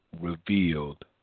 revealed